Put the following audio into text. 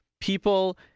people